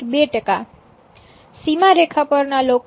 2 ટકા સીમારેખા પરના લોકો 6